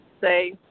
say